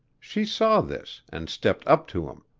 she saw this and stepped up to him.